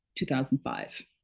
2005